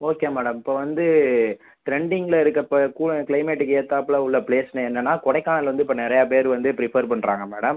okay madam இப்போது வந்து ட்ரெண்டிங்கில் இருக்க இப்போ கூ க்ளைமேட்டுக்கு ஏற்றாப்ல உள்ள ப்ளேஸ்னு என்னென்னா கொடைக்கானல் வந்து இப்போ நிறையா பேர் வந்து ப்ரிப்பர் பண்ணுறாங்க மேடம்